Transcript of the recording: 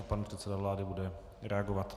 Pan předseda vlády bude reagovat.